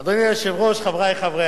האם אדוני רוצה להוסיף